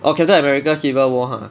orh captain america civil war !huh!